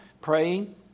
Praying